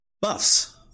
Buffs